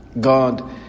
God